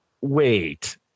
Wait